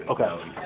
Okay